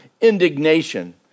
indignation